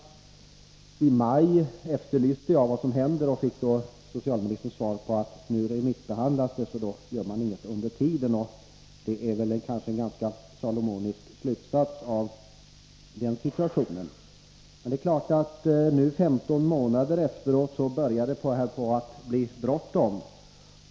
frågor I maj efterlyste jag vad som hände, och jag fick då av socialministern veta att utredningsförslaget remissbehandlades. Under denna tid behandlade man inte frågan ytterligare, och det är väl kanske en ganska salomonisk slutsats i den situationen. Men det står klart att det nu, 15 månader efteråt, börjar bli bråttom.